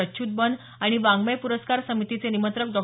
अच्युत बन आणि वाङ्मय पुरस्कार समितीचे निमंत्रक डॉ